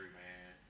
man